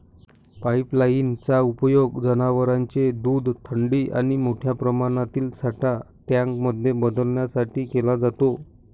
pipeline चा उपयोग जनवरांचे दूध थंडी आणि मोठ्या प्रमाणातील साठा टँक मध्ये बदलण्यासाठी केला जातो